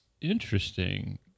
interesting